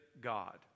God